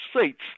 seats